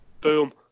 boom